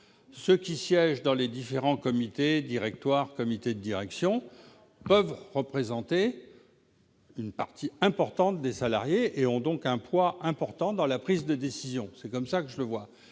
Ceux qui siègent dans les différents comités, directoires et comités de direction peuvent représenter une partie importante des salariés. Ils ont donc un poids certain dans la prise de décision. C'est ainsi que je vois